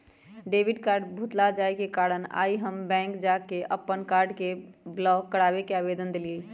debit card भुतला जाय के कारण आइ हम बैंक जा कऽ अप्पन कार्ड के ब्लॉक कराबे के आवेदन देलियइ